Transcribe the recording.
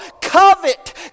covet